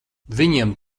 viņiem